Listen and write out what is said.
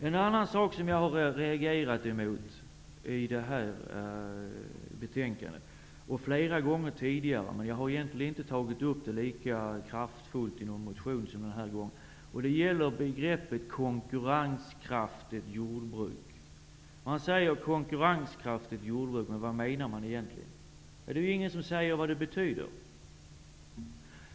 En annan sak i detta betänkande som jag har reagerat mot, liksom flera gånger tidigare, även om jag då inte har uttryckt mig lika kraftfullt i en motion som den här gången, gäller begreppet ''konkurrenskraftigt jordbruk''. Vad menar man egentligen när man använder uttrycket ''konkurrenskraftigt jordbruk''? Ingen förklarar ju vad det betyder.